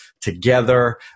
together